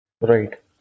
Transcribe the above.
Right